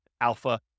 alpha